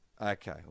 Okay